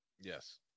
Yes